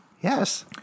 Yes